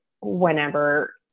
whenever